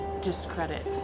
discredit